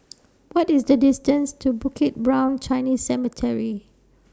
What IS The distance to Bukit Brown Chinese Cemetery